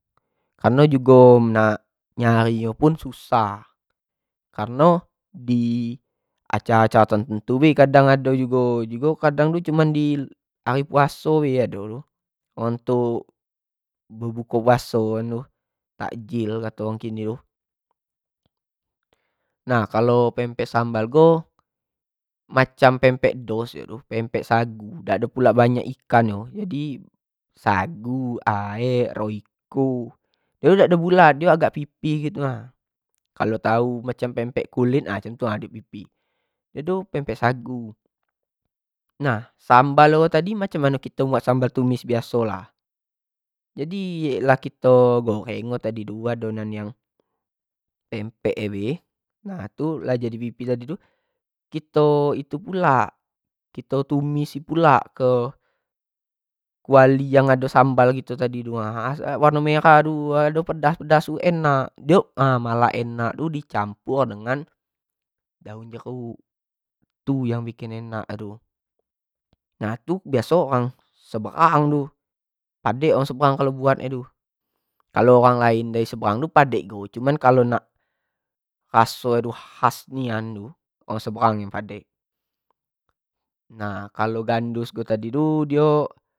Kareno jugo nak nyari nyo pun susah, kareno di acara-acara tertentu bae kadang ado, kadang tu jugo ado di hari puaso bae ado tu, untuk bebuko puaso kadang gitu, takjil kato orang kini tu, nah kalo pempek sambal, macam pempek dos dio tu macam pempek sagu dak ado pulak banyak ikan nyo, jadi sagu aek, royko, dio dak do bulat dio agak pipih gitu nah, kalo tau macam pempek kulit macam itu nah dio tu pempek sagu, nah sambal nyo tadi macam mano kito buat sambal tumis biaso lah, jadi lah kito goreng tadi tu adonan yang pempek nyo be nah tu lah jadi pipih tadi tu kito itu pulak, kito tumis pulak ke kuali yang do sambal tadi tu ha, warno merah aduh du ado pedas-pedas tu enak, dio tu ha ado lah enak tu di campur dengan daun jeruk tu yang bikin enak tu, nah tu biaso orang seberang tu padek orang seberang kalo buat tu kalo orang lian seberang tu padek jugo cuma kalo nak raso tu khas nian ni, orang sebrang lah padek, nah kalo gandus tu tadi tu diok.